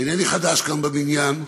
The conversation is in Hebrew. אינני חדש כאן בבניין,